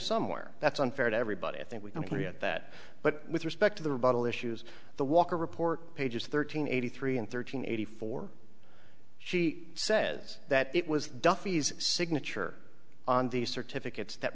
somewhere that's unfair to everybody i think we can get that but with respect to the rebuttal issues the walker report pages thirteen eighty three and thirteen eighty four she says that it was duffy's signature on these certificates that